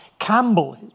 Campbell